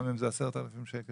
גם אם זה 10,000 שקל.